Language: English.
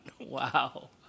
Wow